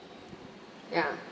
ya